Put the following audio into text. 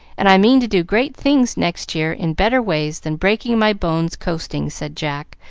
and i mean to do great things next year in better ways than breaking my bones coasting, said jack,